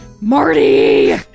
Marty